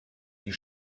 die